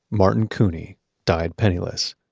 martin couney died penniless.